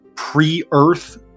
pre-earth